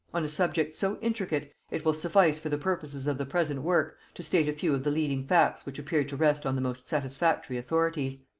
on a subject so intricate, it will suffice for the purposes of the present work to state a few of the leading facts which appear to rest on the most satisfactory authorities.